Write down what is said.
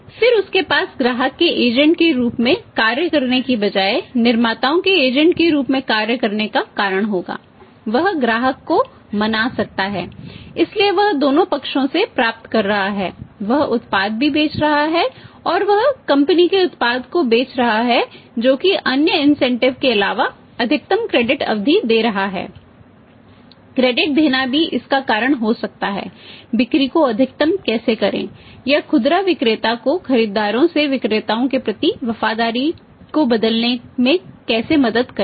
फिर उसके पास ग्राहक के एजेंट देना भी इसका कारण हो सकता है बिक्री को अधिकतम कैसे करें या खुदरा विक्रेता को खरीदारों से विक्रेताओं के प्रति वफादारी को बदलने में कैसे मदद करें